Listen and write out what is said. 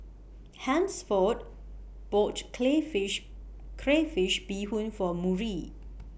Hansford boughts Crayfish Crayfish Beehoon For Murry